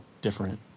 different